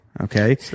Okay